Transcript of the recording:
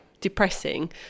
depressing